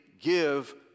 give